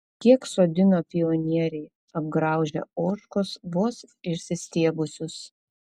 kiek sodino pionieriai apgraužia ožkos vos išsistiebusius